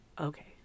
okay